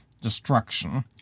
destruction